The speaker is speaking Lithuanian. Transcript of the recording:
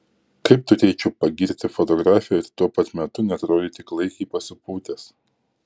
kaip turėčiau pagirti fotografę ir tuo pat metu neatrodyti klaikiai pasipūtęs